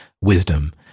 wisdom